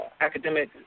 academic